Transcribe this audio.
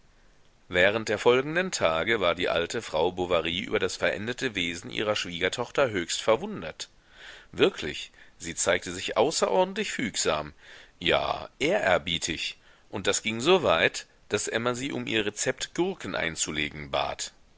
während der folgenden tage war die alte frau bovary über das veränderte wesen ihrer schwiegertochter höchst verwundert wirklich sie zeigte sich außerordentlich fügsam ja ehrerbietig und das ging so weit daß emma sie um ihr rezept gurken einzulegen bat